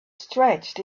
stretched